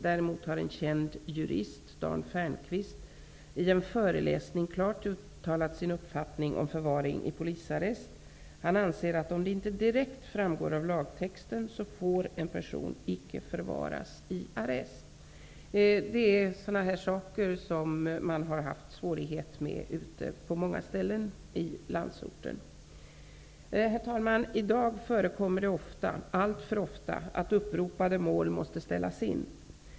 Däremot har en känd jurist, Dan Fernqvist, i en föreläsning klart uttalat sin uppfattning om förvaring i polisarrest. Han anser att om det inte direkt framgår av lagtexten så får en person inte förvaras i polisarrest.'' Detta är just sådant som man haft svårighet med på många ställen ute i landsorten. Herr talman! I dag förekommer det ofta -- alltför ofta -- att uppropade mål måste ställas in.